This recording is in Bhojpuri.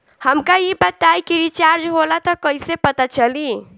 हमका ई बताई कि रिचार्ज होला त कईसे पता चली?